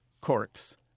corks